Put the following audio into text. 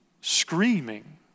screaming